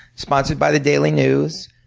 sponsored by the daily news.